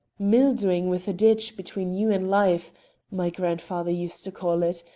mildewing with a ditch between you and life my grandfather used to call it,